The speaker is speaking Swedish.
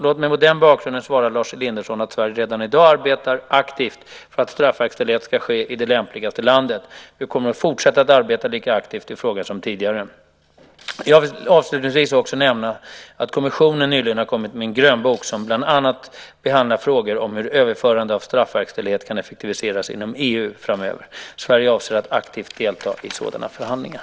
Låt mig mot den bakgrunden svara Lars Elinderson att Sverige redan i dag arbetar aktivt för att straffverkställighet ska ske i det lämpligaste landet. Vi kommer att fortsätta att arbeta lika aktivt i frågan som tidigare. Jag vill avslutningsvis också nämna att kommissionen nyligen har kommit med en grönbok som bland annat behandlar frågor om hur överförande av straffverkställighet kan effektiviseras inom EU framöver. Sverige avser att aktivt delta i sådana förhandlingar.